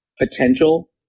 potential